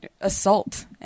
assault